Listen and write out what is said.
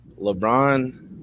LeBron